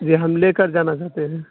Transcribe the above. جی ہم لے کر جانا چاہتے ہیں